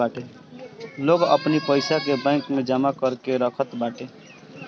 लोग अपनी पईसा के बैंक में जमा करके रखत बाटे